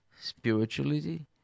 spirituality